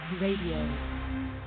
Radio